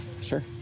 Sure